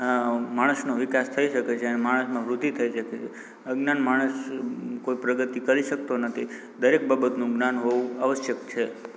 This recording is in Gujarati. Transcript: માણસનો વિકાસ થઇ શકે છે અને માણસમાં વૃદ્ધિ થઈ શકે છે અજ્ઞાન માણસ કોઈ પ્રગતિ કરી શકતો નથી દરેક બાબતનું જ્ઞાન હોવું આવશ્યક છે